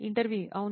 ఇంటర్వ్యూఈ అవును